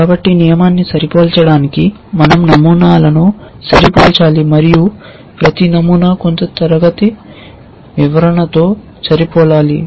కాబట్టి నియమాన్ని సరిపోల్చడానికి మన০ నమూనాలను సరిపోల్చాలి మరియు ప్రతి నమూనా కొంత క్లాస్ వివరణతో సరిపోలాలి